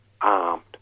armed